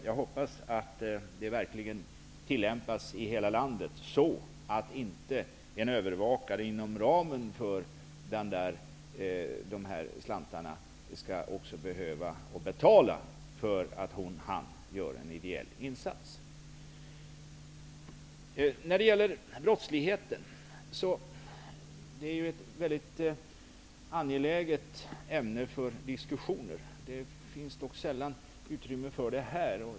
Jag hoppas verkligen att det tillämpas i hela landet så att inte en övervakare skall behöva betala för att han eller hon gör en ideell insats. Brottsligheten är verkligen ett angeläget ämne för diskussioner. Det finns dock sällan utrymme för sådana här.